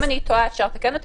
אם אני טועה אפשר לתקן אותי.